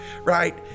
right